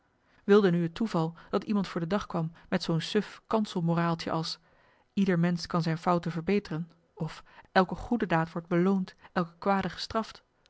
wilde nu het toeval dat iemand voor de dag kwam marcellus emants een nagelaten bekentenis met zoo'n suf kanselmoraaltje als ieder mensch kan zijn fouten verbeteren of elke goede daad wordt beloond elk kwade gestraft